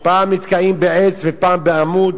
פעם נתקלים בעץ ופעם בעמוד,